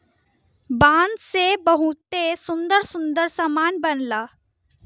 बांस से बहुते सुंदर सुंदर सामान बनला